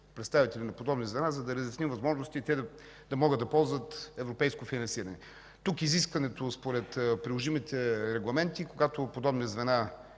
представители на подобни звена, за да разясним възможностите, за да могат да ползват европейско финансиране. Тук изискването според приложимите регламенти е, когато кандидатстват